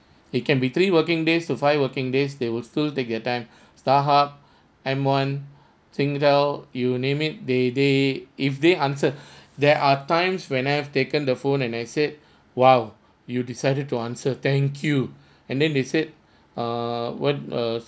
it can be three working days to five working days they will still take their time StarHub M one SingTel you name it they they if they answer there are times when I've taken the phone and I said !wow! you decided to answer thank you and then they said err what err